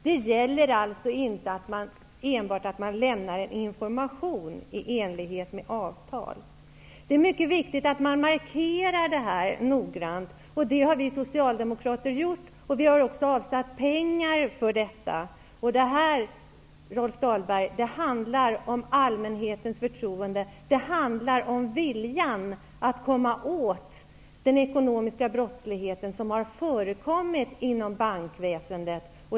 Det är alltså inte tillräckligt att enbart lämna information i enlighet med avtal. Det är mycket viktigt att man starkt markerar detta, vilket vi socialdemokrater har gjort. Vi vill också avsätta pengar för detta ändamål. Det handlar om allmänhetens förtroende, Rolf Dahlberg, om viljan att komma åt den ekonomiska brottslighet som har förekommit inom bankväsendet.